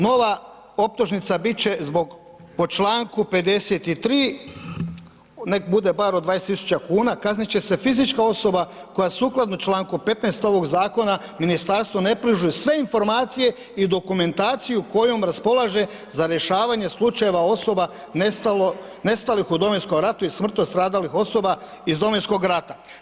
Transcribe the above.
Nova optužnica bit će zbog, po članku 53., nek bude bar od 20 tisuća kuna, kaznit će se fizička osoba koja sukladno članku 15. ovog Zakona, Ministarstvu ne pruži sve informacije i dokumentaciju kojom raspolaže za rješavanje slučajeva osoba nestalih u Domovinskom ratu i smrtno stradalih osoba iz Domovinskog rata.